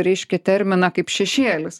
reiškia terminą kaip šešėlis